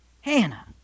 hannah